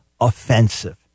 offensive